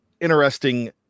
interesting